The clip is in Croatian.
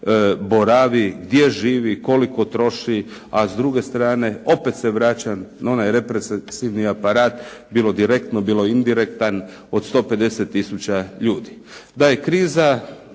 boravi, gdje živi, koliko troši. A s druge strane opet se vraćam na onaj represivni aparat, bilo direktno bilo indirektan od 150 tisuća ljudi. Da je kriza